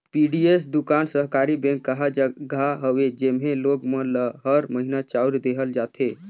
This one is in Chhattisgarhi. पीडीएस दुकान सहकारी बेंक कहा जघा हवे जेम्हे लोग मन ल हर महिना चाँउर देहल जाथे